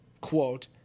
quote